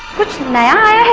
gets married